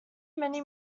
many